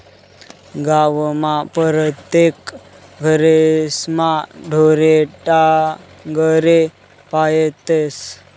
गावमा परतेक घरेस्मा ढोरे ढाकरे पायतस